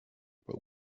über